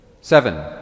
Seven